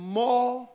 more